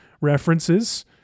references